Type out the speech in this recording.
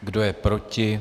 Kdo je proti?